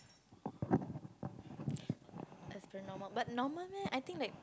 as per normal but normal meh I think like